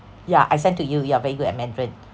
yeah I send to you you are very good at mandarin